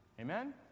Amen